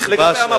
נכבש,